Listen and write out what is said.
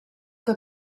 que